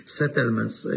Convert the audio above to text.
settlements